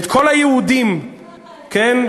את כל היהודים, כן?